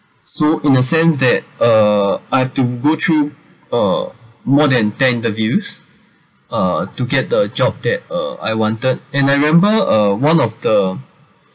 so in a sense that uh I've to go through uh more than ten interviews ah to get the job that uh I wanted and I remember uh one of the